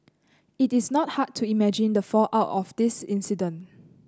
it is not hard to imagine the fallout of this incident